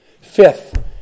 Fifth